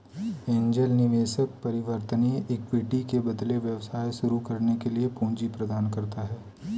angel निवेशक परिवर्तनीय equity के बदले व्यवसाय शुरू करने के लिए पूंजी प्रदान करता है